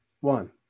One